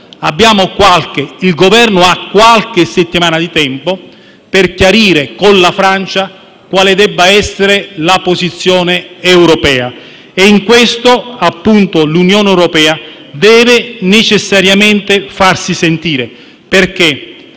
Il Governo ha qualche settimana di tempo per chiarire con la Francia quale debba essere la posizione europea. Con riferimento a ciò, l'Unione europea deve necessariamente farsi sentire. Mentre